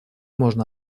можно